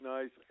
Nice